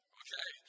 okay